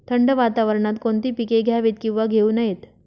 थंड वातावरणात कोणती पिके घ्यावीत? किंवा घेऊ नयेत?